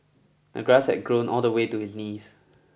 the grass had grown all the way to his knees